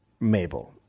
Mabel